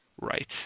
Right